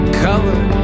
color